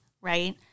right